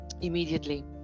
immediately